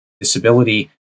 disability